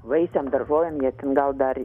vaisiam daržovėm jie ten gal dar